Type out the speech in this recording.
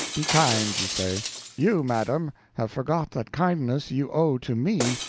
be kind, you say you, madam, have forgot that kindness you owe to me,